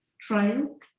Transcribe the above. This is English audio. trial